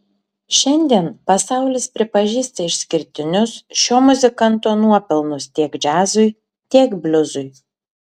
šiandien pasaulis pripažįsta išskirtinius šio muzikanto nuopelnus tiek džiazui tiek bliuzui